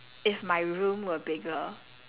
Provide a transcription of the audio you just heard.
if my room were bigger